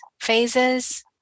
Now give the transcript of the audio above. phases